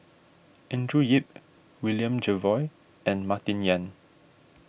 Andrew Yip William Jervois and Martin Yan